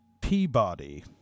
Peabody